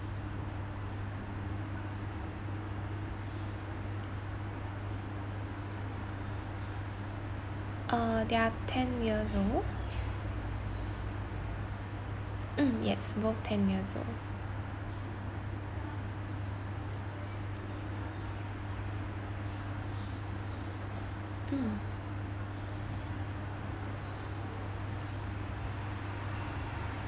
uh they are ten years old mm yes both ten years old mm